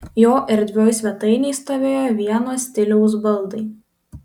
jo erdvioj svetainėj stovėjo vienos stiliaus baldai